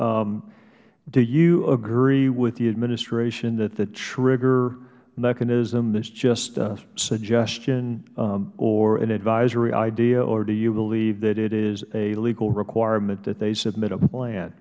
antos do you agree with the administration that the trigger mechanism that's just a suggestion or an advisory idea or do you believe that it is a legal requirement that they submit a plan